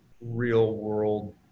real-world